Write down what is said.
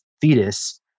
fetus